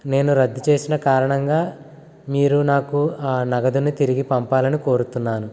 నేను రద్దు చేసిన కారణంగా మీరు నాకు ఆ నగదుని తిరిగి పంపాలని కోరుతున్నాను